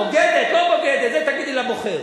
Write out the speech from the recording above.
בוגדת, לא בוגדת, את זה תגידי לבוחר.